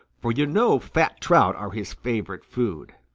for you know fat trout are his favorite food.